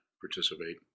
participate